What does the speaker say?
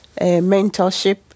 mentorship